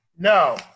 No